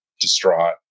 distraught